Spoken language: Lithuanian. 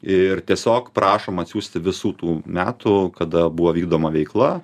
ir tiesiog prašom atsiųsti visų tų metų kada buvo vykdoma veikla